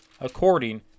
according